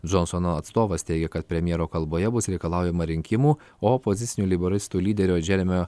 džonsono atstovas teigia kad premjero kalboje bus reikalaujama rinkimų o opozicinių leiboristų lyderio džeremio